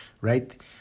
Right